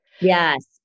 Yes